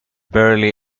barely